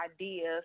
ideas